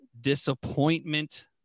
disappointment